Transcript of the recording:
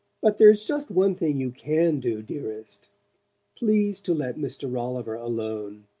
but there's just one thing you can do, dearest please to let mr. rolliver alone!